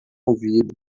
ouvido